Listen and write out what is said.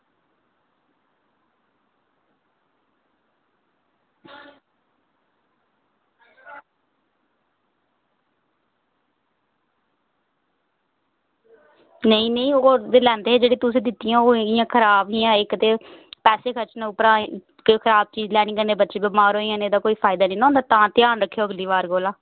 नेईं नेईं ओह् उद्धर लैंदे जेह्ड़ी तुसें दित्तियां ओह् उ'नेंगी इ'यां खराब हियां इक ते पैसे खर्चने उप्परा ते कोई खराब चीज़ लैनी कन्नै बच्चे बमार होई जाने एह्दा कोई फायदा नि ना होंदा तां ध्यान रक्खेओ अगली बार कोला